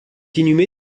inhumé